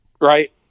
Right